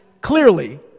clearly